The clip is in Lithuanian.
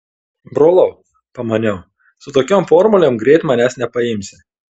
brolau pamaniau su tokiom formulėm greit manęs nepaimsi